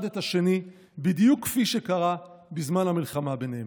את השני בדיוק כפי שקרה בזמן המלחמה ביניהם.